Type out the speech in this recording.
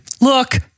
look